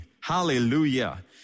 Hallelujah